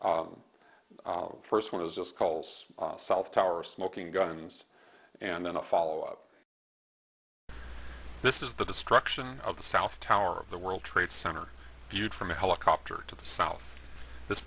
first one of those calls south tower smoking gun and then a follow up this is the destruction of the south tower of the world trade center viewed from a helicopter to the south this